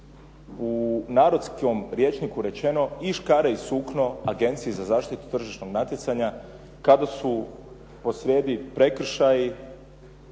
u narodskom rječniku rečeno i škare i sukno Agenciji za zaštitu tržišnog natjecanja kada su posrijedi prekršaji